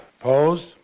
Opposed